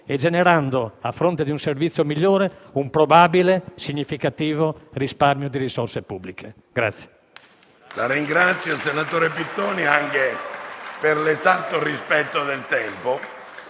e generando, a fronte di un servizio migliore, un probabile significativo risparmio di risorse pubbliche.